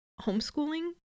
homeschooling